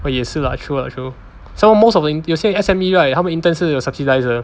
oh 也是 lah true lah true so most of the 有些 S_M_E right 他们 intern 是 subsidised 的